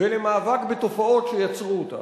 ולמאבק בתופעות שיצרו אותה.